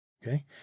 Okay